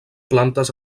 plantes